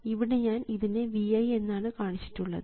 ഇവിടെ ഞാൻ ഇതിനെ Vi എന്നാണ് കാണിച്ചിട്ടുള്ളത്